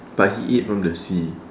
but he ate from the sea